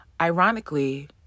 Ironically